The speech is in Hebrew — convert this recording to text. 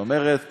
זאת אומרת,